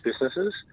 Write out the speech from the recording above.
businesses